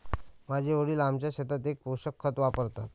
माझे वडील आमच्या शेतात एकच पोषक खत वापरतात